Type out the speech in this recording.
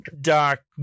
dark